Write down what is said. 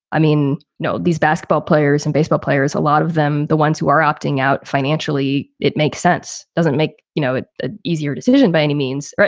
i mean, no, these basketball players and baseball players, a lot of them, the ones who are opting out financially, it makes sense, doesn't make you know it ah easier decision by any means,